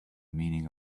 meaning